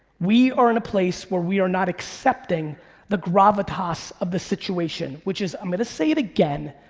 we are in a place where we are not accepting the gravitas of the situation, which is i'm gonna say it again,